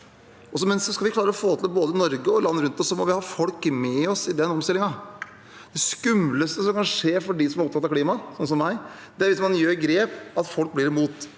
Men skal vi klare å få til dette, både i Norge og i landene rundt oss, må vi ha folk med oss på den omstillingen. Det skumleste som kan skje for dem som er opptatt av klima, som meg, er hvis man gjør grep og folk blir imot.